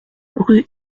rue